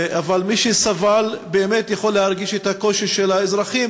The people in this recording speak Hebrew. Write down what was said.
אבל מי שסבל באמת יכול היה להרגיש את הקושי של האזרחים,